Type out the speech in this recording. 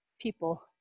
people